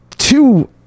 Two